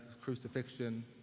crucifixion